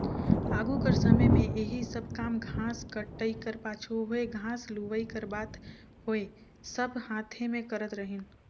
आघु कर समे में एही सब काम घांस कटई कर पाछू होए घांस लुवई कर बात होए सब हांथे में करत रहिन